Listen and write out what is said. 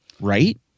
right